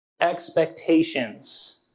expectations